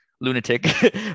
lunatic